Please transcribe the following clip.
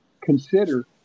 Consider